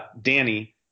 Danny